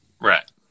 Right